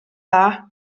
dda